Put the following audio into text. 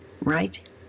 right